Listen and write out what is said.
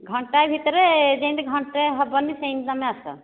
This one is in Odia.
ଘଣ୍ଟାଏ ଭିତରେ ଯେମିତି ଘଣ୍ଟାଏ ହେବନି ସେମତି ତୁମେ ଆସ